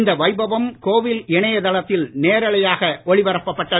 இந்த வைபவம் கோவில் இணையதளத்தில் நேரலையாக ஒளிப்பரப்பப்பட்டது